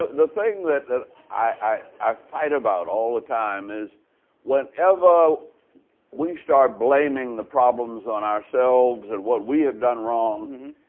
the thing that i i fight about all the time is whenever we start blaming the problems on ourselves and what we have done wrong,